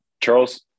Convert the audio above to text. Charles